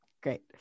Great